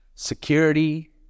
security